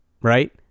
right